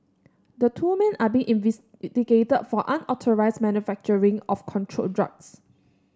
the two men are being investigated for unauthorised manufacturing of controlled drugs